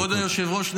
כבוד היושב-ראש,